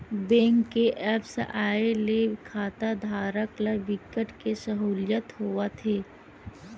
bank के apps आए ले खाताधारक ल बिकट के सहूलियत होवत हे